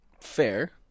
fair